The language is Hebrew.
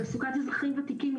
בסדר?